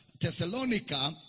Thessalonica